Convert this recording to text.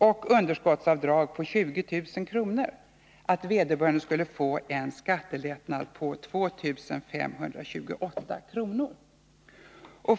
och underskottsavdrag på 20 000 kr. skulle få en skattelättnad på 2 528 kr.